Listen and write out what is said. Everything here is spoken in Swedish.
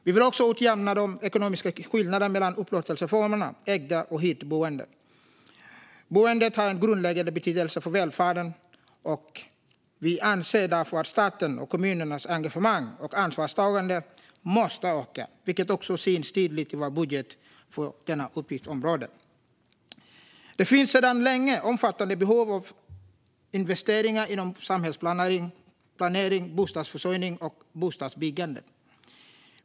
Vi vill också utjämna de ekonomiska skillnaderna mellan upplåtelseformerna ägt och hyrt boende. Boendet har en grundläggande betydelse för välfärden. Vi anser därför att statens och kommunernas engagemang och ansvarstagande måste öka, vilket också syns tydligt i vår budget för detta utgiftsområde. Det finns sedan länge omfattande behov av investeringar inom samhällsplanering, bostadsförsörjning och bostadsbyggande.